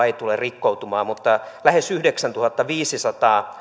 ei tule rikkoutumaan mutta lähes yhdeksäntuhattaviisisataa